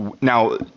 Now